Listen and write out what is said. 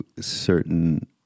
certain